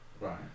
Right